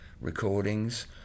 recordings